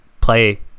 play